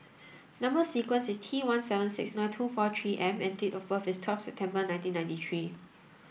number sequence is T one seven six nine two four three M and date of birth is twelfth September nineteen ninety three